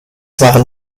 waren